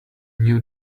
new